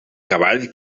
cavall